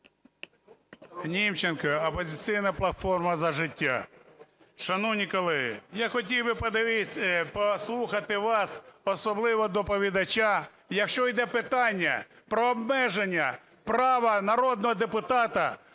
Німченко, "Опозиційна платформа – За життя". Шановні колеги, я хотів би подивитися… послухати вас, особливо доповідача. Якщо йде питання про обмеження права народного депутата